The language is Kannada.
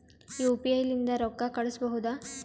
ಯು.ಪಿ.ಐ ಲಿಂದ ರೊಕ್ಕ ಕಳಿಸಬಹುದಾ?